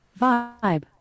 vibe